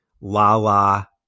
Lala